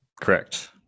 Correct